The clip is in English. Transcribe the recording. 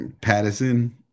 Patterson